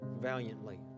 valiantly